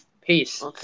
Peace